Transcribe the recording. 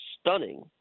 stunning